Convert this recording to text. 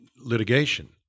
litigation